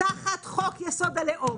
תחת חוק-יסוד: הלאום.